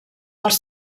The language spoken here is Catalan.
els